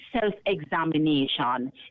self-examination